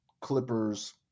Clippers